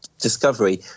discovery